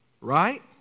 right